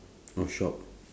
oh shop